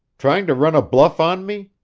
trying to run a bluff on me?